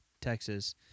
Texas